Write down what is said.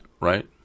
right